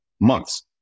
months